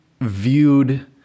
viewed